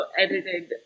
edited